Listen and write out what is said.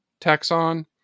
taxon